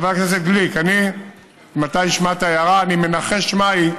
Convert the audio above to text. חבר הכנסת גליק, אם אתה השמעת הערה, אני מנחש מהי.